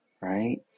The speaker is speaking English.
right